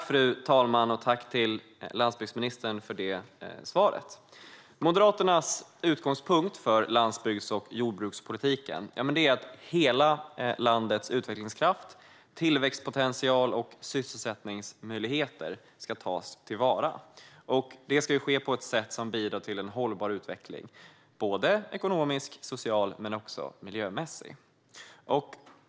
Fru talman! Jag tackar landsbygdsministern för svaret. Moderaternas utgångspunkt för landsbygds och jordbrukspolitiken är att hela landets utvecklingskraft, tillväxtpotential och sysselsättningsmöjligheter ska tas till vara, och det ska ske på ett sätt som bidrar till en hållbar utveckling ekonomiskt, socialt och miljömässigt.